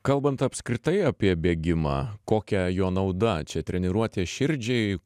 kalbant apskritai apie bėgimą kokia jo nauda čia treniruotė širdžiai